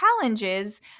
challenges